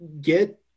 get